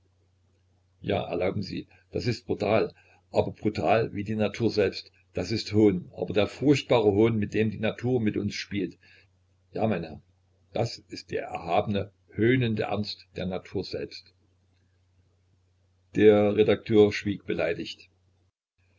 ja erlauben sie das ist brutal aber brutal wie die natur selbst das ist hohn aber der furchtbare hohn mit dem die natur mit uns spielt ja mein herr das ist der erhabene höhnende ernst der natur selbst der redakteur schwieg beleidigt